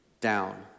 down